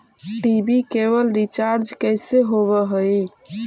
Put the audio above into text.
TV cable recharge कैसे होब हइ?